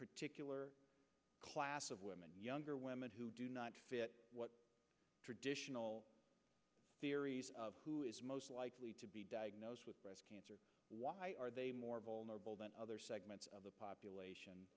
particular class of women younger women who do not fit what traditional who is most likely to be diagnosed with breast cancer why are they more vulnerable than other segments of the population